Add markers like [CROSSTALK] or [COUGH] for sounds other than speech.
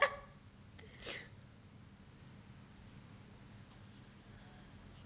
[LAUGHS] [BREATH]